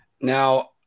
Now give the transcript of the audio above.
Now